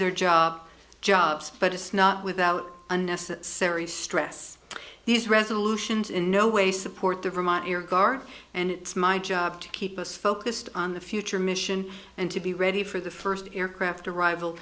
their job jobs but it's not without unnecessary stress these resolutions in no way support the vermont air guard and it's my job to keep us focused on the future mission and to be ready for the first aircraft arrival